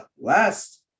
Last